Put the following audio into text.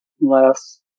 less